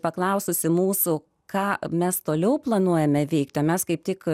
paklaususi mūsų ką mes toliau planuojame veikti mes kaip tik